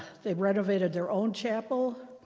they've renovated their own chapel.